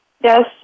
Yes